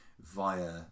via